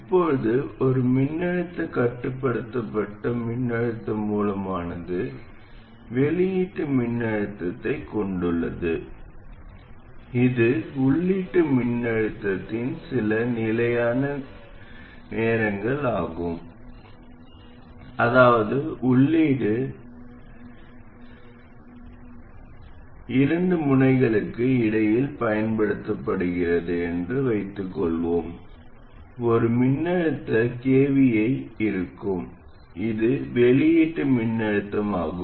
இப்போது ஒரு மின்னழுத்தக் கட்டுப்படுத்தப்பட்ட மின்னழுத்த மூலமானது வெளியீட்டு மின்னழுத்தத்தைக் கொண்டுள்ளது இது உள்ளீட்டு மின்னழுத்தத்தின் சில நிலையான நிலையான நேரங்கள் ஆகும் அதாவது உள்ளீடு இரண்டு முனைகளுக்கு இடையில் பயன்படுத்தப்படுகிறது என்று வைத்துக்கொள்வோம் ஒரு மின்னழுத்த kvi இருக்கும் இது வெளியீட்டு மின்னழுத்தமாகும்